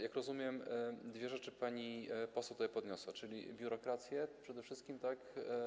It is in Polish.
Jak rozumiem, dwie rzeczy pani poseł tutaj podniosła, czyli biurokrację przede wszystkim, tak?